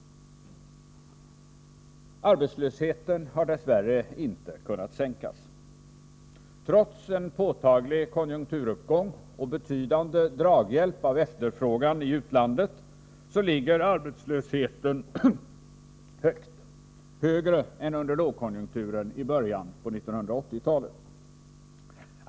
Arbetslösheten har dess värre inte kunnat sänkas. Trots en påtaglig konjunkturuppgång och betydande draghjälp genom efterfrågan i utlandet ligger arbetslösheten högt, högre än under lågkonjunkturen i början av 1980-talet.